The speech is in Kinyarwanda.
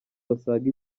basaga